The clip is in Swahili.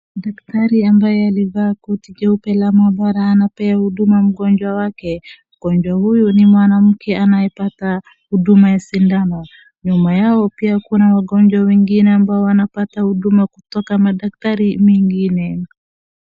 Daktari ambaye alivaa koti jeupe la maabara anapea huduma mgonjwa wake. Mgonjwa huyu ni mwanamke anayepata huduma ya sindano. Nyuma yao pia kuna wagonjwa wengine ambao wanapata huduma kutoka madaktari mengine.